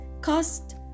Cost